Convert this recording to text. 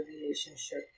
relationship